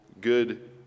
good